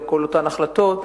כל אותן החלטות,